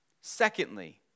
Secondly